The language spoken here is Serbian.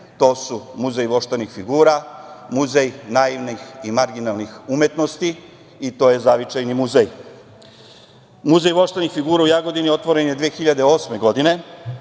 To su Muzej voštanih figura, Muzej naivnih i marginalnih umetnosti i Zavičajni muzej. Muzej voštanih figura u Jagodini otvoren je 2008. godine.